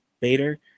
bader